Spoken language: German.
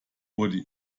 wurde